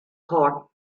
thought